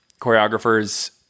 choreographers